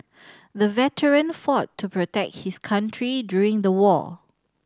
the veteran fought to protect his country during the war